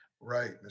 Right